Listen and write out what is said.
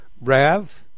Rav